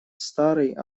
старый